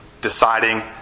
deciding